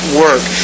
work